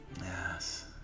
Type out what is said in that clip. Yes